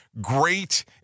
great